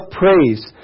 praise